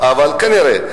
כנראה.